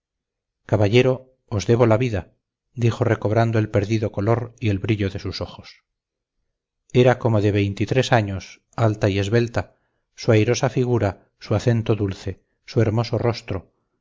caballero os debo la vida dijo recobrando el perdido color y el brillo de sus ojos era como de veinte y tres años alta y esbelta su airosa figura su acento dulce su hermoso rostro